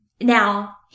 Now